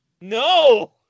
no